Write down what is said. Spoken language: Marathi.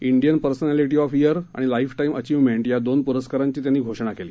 डियन पर्सनॅलीटी ऑफ विरआणि लाऊ टामि अचिव्हमेंट या दोन पुरस्कारांची त्यांनी घोषणा केली